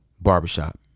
Barbershop